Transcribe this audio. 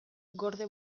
gorde